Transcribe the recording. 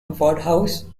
wodehouse